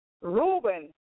Reuben